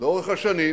לאורך השנים,